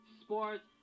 sports